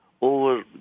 over